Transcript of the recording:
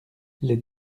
les